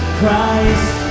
Christ